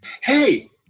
Hey